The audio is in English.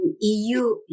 EU